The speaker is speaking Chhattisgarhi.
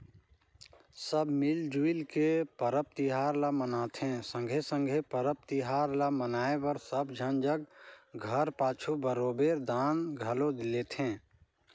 सब मिल जुइल के परब तिहार ल मनाथें संघे संघे परब तिहार ल मनाए बर सब झन जग घर पाछू बरोबेर दान घलो लेथें